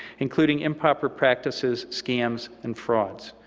including improper practices, scams, and frauds.